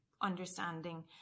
understanding